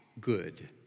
good